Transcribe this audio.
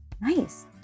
Nice